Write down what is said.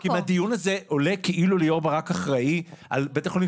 כי בדיון הזה עולה כאילו ליאור ברק אחראי על בית החולים,